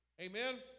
Amen